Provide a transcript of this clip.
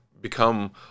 become